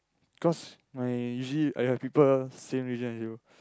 cause my usually I have people same religion as you